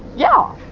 yeah,